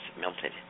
melted